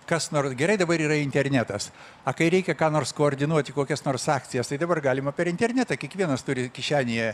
kas nor gerai dabar yra internetas a kai reikia ką nors koordinuoti kokias nors akcijas tai dabar galima per internetą kiekvienas turi kišenėje